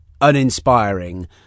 uninspiring